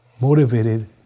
motivated